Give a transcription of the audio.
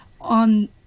on